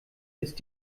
ist